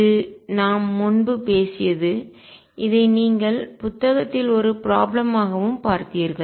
இது நாம் முன்பு பேசியது இதை நீங்கள் புத்தகத்தில் ஒரு ப்ராப்ளம் ஆகவும் பார்த்தீர்கள்